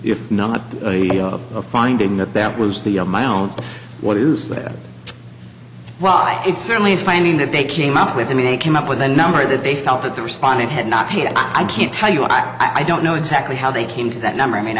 if not a finding that that was the amount what is that why it's certainly finding that they came up with me came up with a number that they felt that the respondent had not paid i can't tell you i i don't know exactly how they came to that number i mean